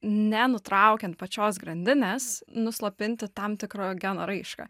nenutraukiant pačios grandinės nuslopinti tam tikro geno raišką